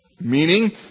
meaning